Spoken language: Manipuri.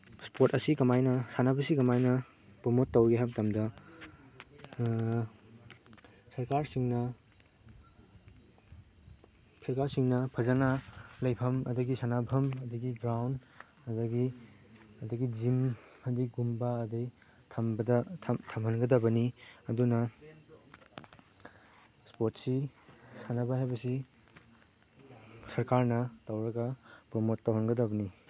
ꯏꯁꯄꯣꯔꯠ ꯑꯁꯤ ꯀꯃꯥꯏꯅ ꯁꯥꯟꯅꯕꯁꯤ ꯀꯃꯥꯏꯅ ꯄ꯭ꯔꯃꯣꯠ ꯇꯧꯋꯤ ꯍꯥꯏꯕ ꯃꯇꯝꯗ ꯁꯔꯀꯥꯔꯁꯤꯡꯅ ꯁꯔꯀꯥꯔꯁꯤꯡꯅ ꯐꯖꯅ ꯂꯩꯐꯝ ꯑꯗꯒꯤ ꯁꯥꯟꯅꯐꯝ ꯑꯗꯒꯤ ꯒ꯭ꯔꯥꯎꯟ ꯑꯗꯒꯤ ꯑꯗꯒꯤ ꯖꯤꯝ ꯀꯨꯝꯕ ꯑꯗꯒꯤ ꯊꯝꯍꯟꯒꯗꯕꯅꯤ ꯑꯗꯨꯅ ꯏꯁꯄꯣꯔꯠꯁꯤ ꯁꯥꯟꯅꯕ ꯍꯥꯏꯕꯁꯤ ꯁꯔꯀꯥꯔꯅ ꯇꯧꯔꯒ ꯄ꯭ꯔꯃꯣꯠ ꯇꯧꯍꯟꯒꯗꯕꯅꯤ